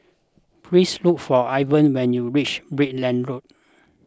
please look for Ivah when you reach Brickland Road